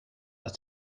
als